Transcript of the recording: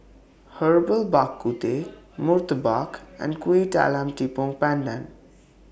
Herbal Bak Ku Teh Murtabak and Kuih Talam Tepong Pandan